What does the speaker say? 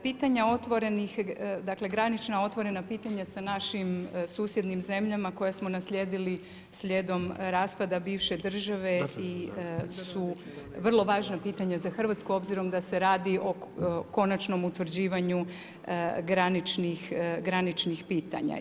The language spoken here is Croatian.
Pitanje otvorenih, dakle, granična otvorena pitanja sa našim susjednim zemljama koje smo naslijedili slijedom raspada bivše države su vrlo važna pitanja za Hrvatsku, obzirom da se radi o konačnom utvrđivanju graničnih pitanja.